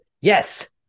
yes